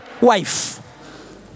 wife